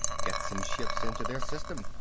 get some ships into their system.